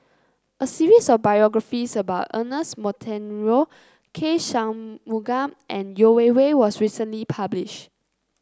a series of biographies about Ernest Monteiro K Shanmugam and Yeo Wei Wei was recently publish